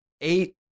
eight